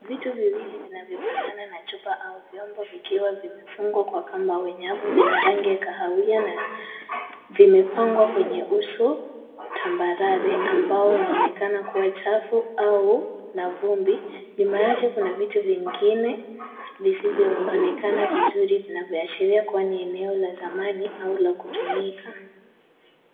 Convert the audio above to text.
Vitu viwili vinavyofanana na chupa au vyombo vikiwa vimefungwa kwa kamba au nyavu. Vina rangi ya kahawia na vimepangwa kwenye uso tambarare ambao unaonekana kuwa chafu au na vumbi. Nyuma yake kuna vitu vingine visivyoonekana vizuri, vinavyoashiria kuwa ni eneo la zamani au la kutumika.